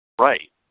right